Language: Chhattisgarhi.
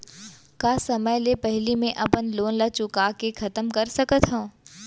का समय ले पहिली में अपन लोन ला चुका के खतम कर सकत हव?